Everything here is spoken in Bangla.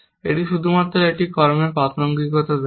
এটি শুধুমাত্র একটি কর্মের প্রাসঙ্গিকতা দেখে